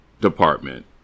department